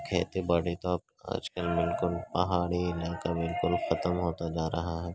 کھیتی باڑی تو اب آج کل بالکل پہاڑی علاقہ میں بالکل ختم ہوتا جا رہا ہے